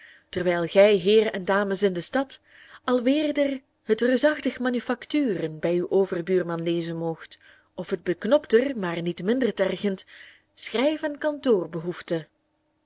terwijl gij heeren en dames in de stad alweder het reusachtig manufacturen bij uw overbuurman lezen moogt of het beknopter maar niet minder tergend schrijf